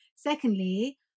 Secondly